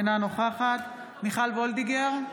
אינה נוכחת מיכל וולדיגר,